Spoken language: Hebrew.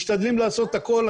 משתדלים לעשות את הכול.